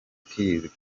keys